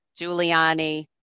Giuliani